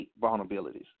vulnerabilities